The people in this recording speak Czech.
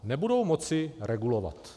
Nebudou moci regulovat.